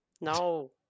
No